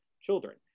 children